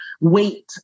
wait